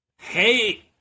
hey